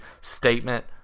statement